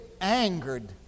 angered